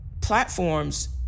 platforms